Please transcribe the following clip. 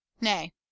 Nay